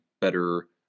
better